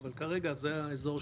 אבל כרגע זה האזור.